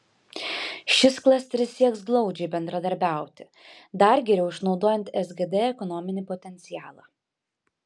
šis klasteris sieks glaudžiai bendradarbiauti dar geriau išnaudojant sgd ekonominį potencialą